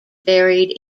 buried